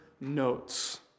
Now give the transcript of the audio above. notes